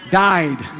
died